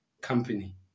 company